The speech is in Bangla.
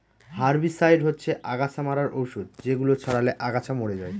হার্বিসাইড হচ্ছে অগাছা মারার ঔষধ যেগুলো ছড়ালে আগাছা মরে যায়